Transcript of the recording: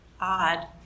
odd